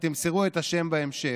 אתם תמסרו את השם בהמשך,